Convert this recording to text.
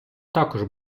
також